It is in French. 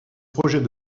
projet